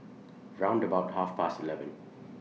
round about Half Past eleven